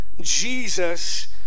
Jesus